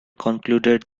concluded